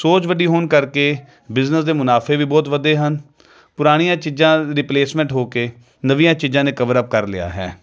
ਸੋਚ ਵੱਡੀ ਹੋਣ ਕਰਕੇ ਬਿਜ਼ਨਸ ਦੇ ਮੁਨਾਫੇ ਵੀ ਬਹੁਤ ਵਧੇ ਹਨ ਪੁਰਾਣੀਆਂ ਚੀਜ਼ਾਂ ਰਿਪਲੇਸਮੈਂਟ ਹੋ ਕੇ ਨਵੀਆਂ ਚੀਜ਼ਾਂ ਨੇ ਕਵਰ ਅਪ ਕਰ ਲਿਆ ਹੈ